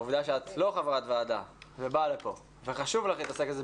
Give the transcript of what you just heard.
העובדה שאת לא חברת ועדה ובאה לפה וחשוב לך להתעסק בזה,